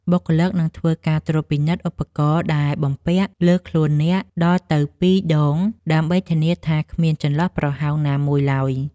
បុគ្គលិកនឹងធ្វើការត្រួតពិនិត្យឧបករណ៍ដែលបំពាក់លើខ្លួនអ្នកដល់ទៅពីរដង ដើម្បីធានាថាគ្មានចន្លោះប្រហោងណាមួយឡើយ។